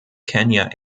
kenya